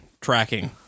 tracking